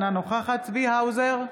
אינה נוכחת צבי האוזר,